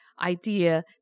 idea